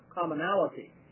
commonality